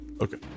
Okay